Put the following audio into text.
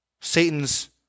Satan's